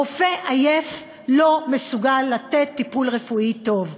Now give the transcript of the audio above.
רופא עייף לא מסוגל לתת טיפול רפואי טוב,